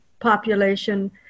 population